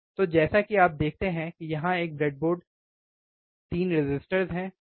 तो जैसा कि आप देखते हैं कि यहां एक ब्रेडबोर्ड 3 रेसिस्टर्स है ठीक है